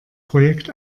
projekt